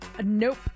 Nope